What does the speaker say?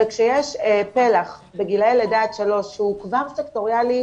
וכשיש פלח בגילאי לידה עד שלוש שהוא כבר סקטוריאלי,